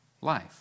life